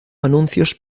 anuncios